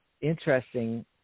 interesting